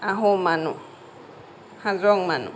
আহোম মানুহ হাজং মানুহ